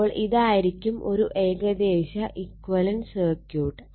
അപ്പോൾ ഇതായിരിക്കും ഒരു ഏകദേശ ഇക്വലന്റ് സർക്യൂട്ട്